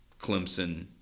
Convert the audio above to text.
Clemson